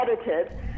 edited